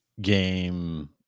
game